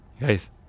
Guys